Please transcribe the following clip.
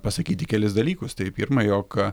pasakyti kelis dalykus tai pirma jog